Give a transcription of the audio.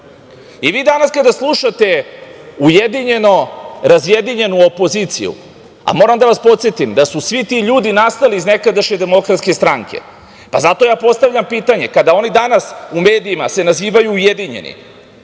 danas kada slušate ujedinjeno-razjedinjenu opoziciju, a moram da vas podsetim da su svi ti ljudi nastali iz nekadašnje DS, zato ja postavljam pitanje – kada oni danas u medijima se nazivaju ujedinjeni